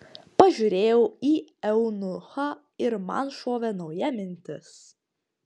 pažiūrėjau į eunuchą ir man šovė nauja mintis